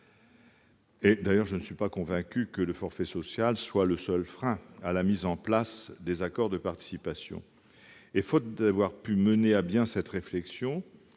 ? D'ailleurs, je ne suis pas convaincu que le forfait social soit le seul frein à la mise en place des accords de participation. Faute d'avoir pu mener à bien une telle réflexion,